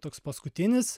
toks paskutinis